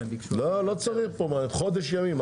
חודש ימים.